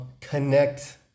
connect